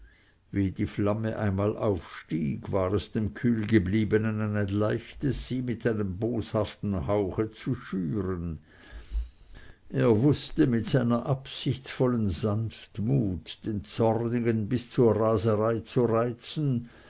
wie die flamme einmal aufstieg war es dem kühlgebliebenen ein leichtes sie mit seinem boshaften hauche zu schüren er wußte mit seiner absichtsvollen sanftmut den zornigen bis zur raserei zu reizen